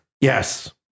Yes